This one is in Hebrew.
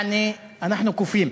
יעני, אנחנו קופים.